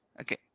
Okay